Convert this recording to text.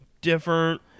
Different